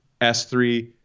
S3